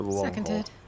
Seconded